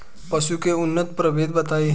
पशु के उन्नत प्रभेद बताई?